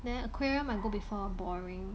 then aquarium I go before boring